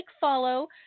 follow